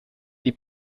die